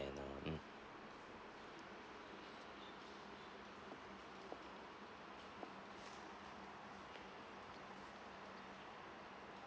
mm